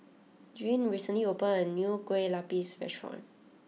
Gwyn recently opened a new Kue Lupis restaurant